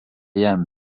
jam